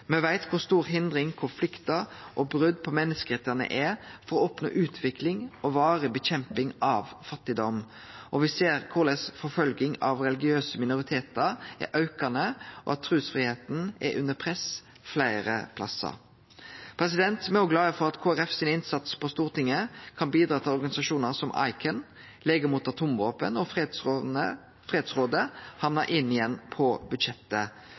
Me veit kor store hindringar konfliktar og brot på menneskerettane er for å oppnå utvikling og varig nedkjemping av fattigdom. Og me ser korleis forfølging av religiøse minoritetar er aukande, og at trusfridomen er under press fleire stader. Me er òg glade for at Kristeleg Folkepartis innsats på Stortinget kan bidra til at organisasjonar som ICAN, Norske leger mot atomvåpen og Fredsrådet igjen hamnar på budsjettet.